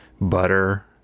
butter